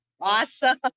awesome